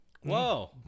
Whoa